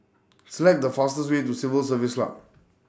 Select The fastest Way to Civil Service Lamb